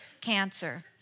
cancer